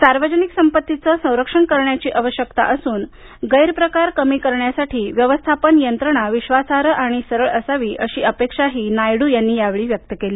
सार्वजनिक संपत्तीचं संरक्षण करण्याची आवश्यकता असून गैरप्रकार कमी करण्यसाठी व्यवस्थापन यंत्रणा विश्वासार्ह आणि सरळ असावी अशी अपेक्षाही नायडू यांनी व्यक्त केली